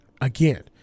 Again